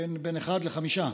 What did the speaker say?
בין אחד לחמישה.